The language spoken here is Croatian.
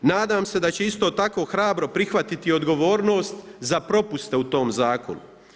Nadam se da će isto tako hrabro prihvatiti i odgovornost za propuste u tom zakonu.